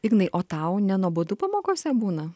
ignai o tau nenuobodu pamokose būna